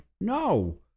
no